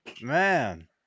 Man